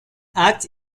acte